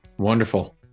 Wonderful